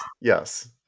Yes